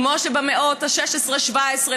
כמו שבמאות ה-16 וה-17,